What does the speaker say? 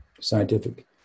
scientific